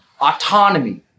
autonomy